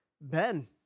Ben